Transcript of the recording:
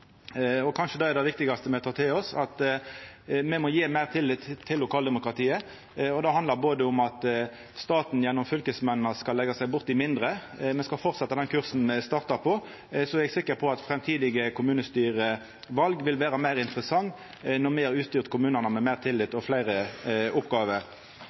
Og kanskje det er det viktigaste me tek til oss, at me må gje meir tillit til lokaldemokratiet. Det handlar bl.a. om at staten, gjennom fylkesmennene, skal leggja seg bort i mindre. Me skal fortsetja den kursen me starta på. Eg er sikker på at framtidige kommunestyreval vil vera meir interessante når me har utstyrt kommunane med meir tillit og fleire oppgåver.